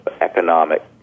economic